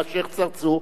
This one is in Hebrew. עם השיח' צרצור,